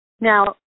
Now